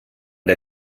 der